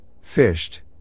fished